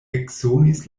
eksonis